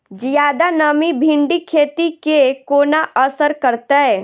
जियादा नमी भिंडीक खेती केँ कोना असर करतै?